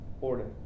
order